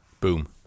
Boom